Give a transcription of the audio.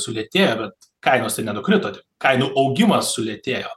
sulėtėjo bet kainos tai nenukrito kainų augimas sulėtėjo